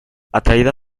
atraída